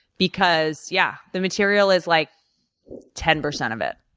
because yeah, the material is like ten percent of it.